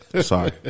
Sorry